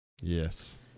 Yes